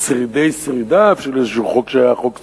שרידי שרידיו של איזה חוק שהיה חוק צודק,